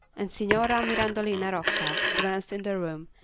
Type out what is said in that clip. and signora mirandolina rocca advanced into the room,